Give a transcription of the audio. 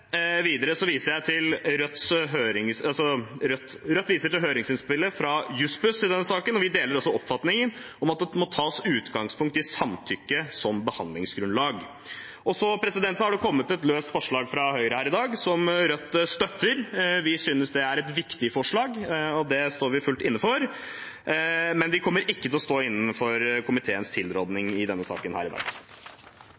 viser Rødt til høringsinnspillet fra Jussbuss i denne saken. Vi deler også oppfatningen om at det må tas utgangspunkt i samtykke som behandlingsgrunnlag. Det har kommet et løst forslag fra Høyre her i dag som Rødt støtter. Vi synes det er et viktig forslag, og det står vi fullt inne for, men vi kommer ikke til å stå inne for komiteens